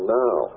now